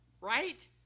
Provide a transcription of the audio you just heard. right